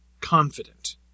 confident